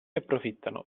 approfittano